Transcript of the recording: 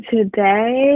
Today